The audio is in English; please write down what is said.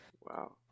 wow